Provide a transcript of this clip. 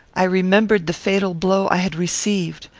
i remembered the fatal blow i had received.